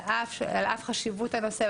על אף חשיבות הנושא,